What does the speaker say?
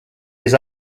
his